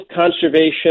conservation